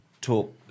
talk